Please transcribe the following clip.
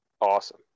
awesome